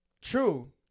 True